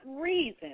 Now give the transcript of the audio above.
reason